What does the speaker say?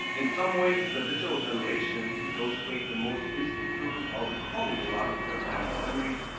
in some ways, the digital generation, those who ate the most instant food, are recalling a lot of their family memories,